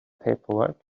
paperwork